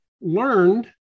learned